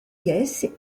caisses